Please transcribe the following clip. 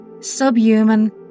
subhuman